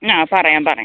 ആ പറയാം പറയാം